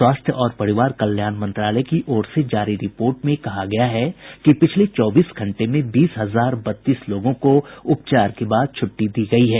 स्वास्थ्य और परिवार कल्याण मंत्रालय की ओर से जारी रिपोर्ट में कहा गया है कि पिछले चौबीस घंटे में बीस हजार बत्तीस लोगों को उपचार के बाद छुट्टी दी गयी है